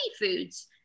foods